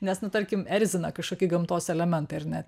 nes nu tarkim erzina kažkokį gamtos elementai ar ne